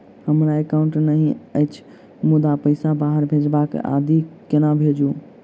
हमरा एकाउन्ट नहि अछि मुदा पैसा बाहर भेजबाक आदि केना भेजू?